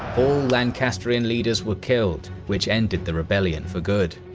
lancastrian leaders were killed, which ended the rebellion for good.